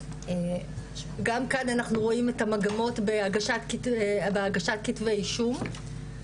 גם כאן אנחנו רואים את המגמות בהגשת כתבי אישום,